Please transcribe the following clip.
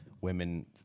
women